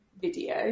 video